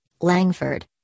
Langford